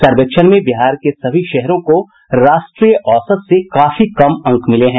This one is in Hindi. सर्वेक्षण में बिहार के सभी शहरों को राष्ट्रीय औसत से काफी कम अंक मिले हैं